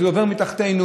זה עובר מתחתינו,